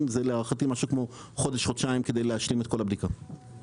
זה בדיוק אותו דבר, אותו רישיון.